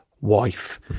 wife